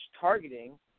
targeting